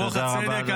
רוח הצדק,